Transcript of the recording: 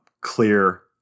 clear